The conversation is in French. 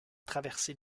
traversé